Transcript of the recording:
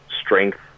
strength